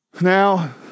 Now